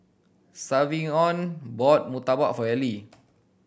Savion bought murtabak for Ally